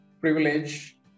privilege